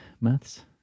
maths